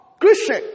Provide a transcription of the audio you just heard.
Christian